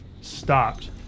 stopped